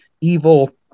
evil